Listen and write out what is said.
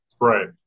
Right